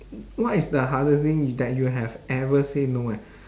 what is the hardest thing that you have ever say no eh